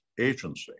agency